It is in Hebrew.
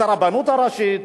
את הרבנות הראשית,